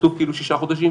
כתוב שישה חודשים,